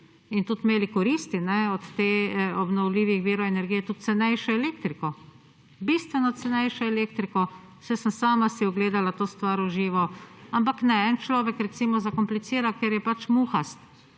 in tudi imeli koristi od teh obnovljivih virov energije, tudi cenejšo elektriko. Bistveno cenejšo elektriko, saj sem sama si ogledala to stvar v živo, ampak ne, en človek recimo zakomplicira, ker je pač muhast.